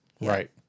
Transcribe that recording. Right